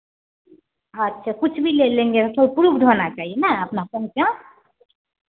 अच्छा कुछ भी ले लेंगे पर प्रूव्ड होना चाइए नय अपना पहचान